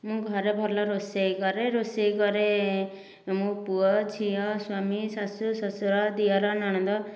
ମୁଁ ଘରେ ଭଲ ରୋଷେଇ କରେ ରୋଷେଇ କରେ ମୋ ପୁଅ ଝିଅ ସ୍ୱାମୀ ଶାଶୁ ଶ୍ୱଶୁର ଦିଅର ନଣନ୍ଦ